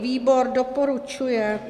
Výbor doporučuje.